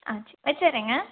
ஆ சரி வச்சிடறேங்க